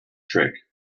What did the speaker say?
trick